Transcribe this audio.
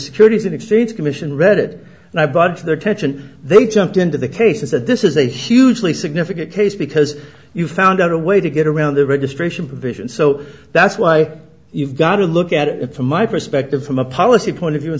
securities and exchange commission read it and i bugged their attention they jumped into the case is that this is a hugely significant case because you found out a way to get around the registration provision so that's why you've got to look at it from my perspective from a policy point of view and